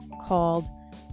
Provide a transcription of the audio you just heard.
called